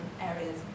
areas